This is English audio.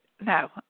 no